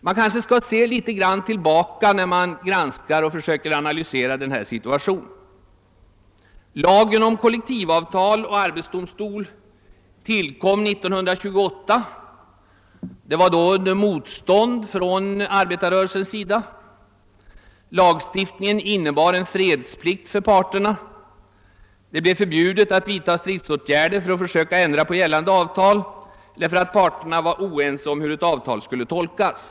Vi bör se något tillbaka när vi försöker analysera situationen. Lagen om kollektivavtal och arbetsdomstol tillkom 1928 under motstånd från arbetarrörelsens sida. Lagstiftningen innebar fredsplikt för parterna. Det blev förbjudet att vidtaga stridsåtgärder för att försöka ändra på gällande avtal eller för att parterna är oense om hur ett avtal skall tolkas.